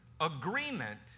agreement